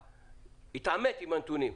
שיתעמת עם הנתונים,